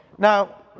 Now